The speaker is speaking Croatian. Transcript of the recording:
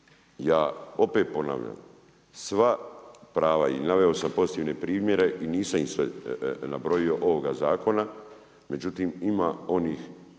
Ja opet ponavljam, sva prava i naveo sam pozitivne primjere i nisam ih sve nabrojio ovoga zakona, međutim ima onih